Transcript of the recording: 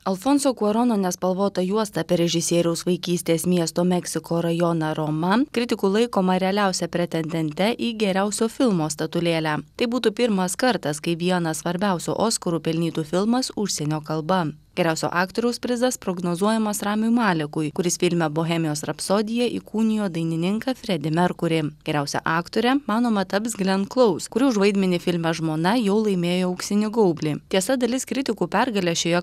alfonso kuarono nespalvota juosta apie režisieriaus vaikystės miesto meksiko rajoną roman kritikų laikoma realiausia pretendente į geriausio filmo statulėlę tai būtų pirmas kartas kai vieną svarbiausių oskarų pelnytų filmas užsienio kalba geriausio aktoriaus prizas prognozuojamas ramiui malekui kuris filme bohemijos rapsodija įkūnijo dainininką fredį merkurį geriausia aktore manoma taps glen klaus kuri už vaidmenį filme žmona jau laimėjo auksinį gaublį tiesa dalis kritikų pergalę šioje